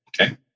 okay